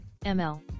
ml